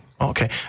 Okay